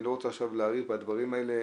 אני לא רוצה להאריך עכשיו בדברים האלה,